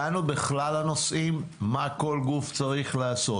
דנו בכלל הנושאים, מה כל גוף צריך לעשות